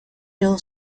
hill